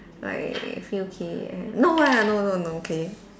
like few K_M no ah no no no okay